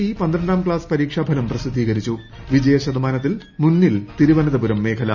E പന്ത്രണ്ടാം class പരീക്ഷ ഫലം പ്രസിദ്ധീകരിച്ചു വിജയ ശതമാനത്തിൽ മുന്നിൽ തിരുവനന്തപുരം മേഖല